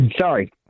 Sorry